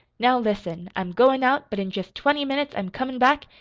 now, listen. i'm goin' out, but in jest twenty minutes i'm comin' back,